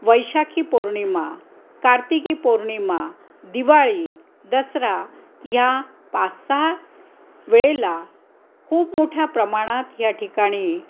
वैशाखी पौर्णिमा कार्तिकी पौर्णिमा दिवाळी दसरा या पाच सहा वेळेला खूप मोठ्या प्रमाणात या ठिकाणी